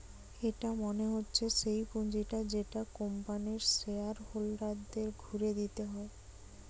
এটা মনে হচ্ছে সেই পুঁজিটা যেটা কোম্পানির শেয়ার হোল্ডারদের ঘুরে দিতে হয়